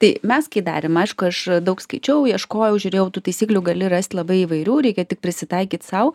tai mes kai darėm aišku aš daug skaičiau ieškojau žiūrėjau tų taisyklių gali rast labai įvairių reikia tik prisitaikyt sau